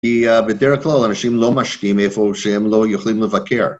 כי בדרך כלל אנשים לא משקיעים איפה שהם לא יכולים לבקר.